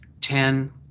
Ten